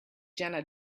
jena